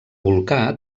volcà